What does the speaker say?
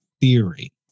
Theory